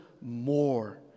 more